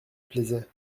plaisait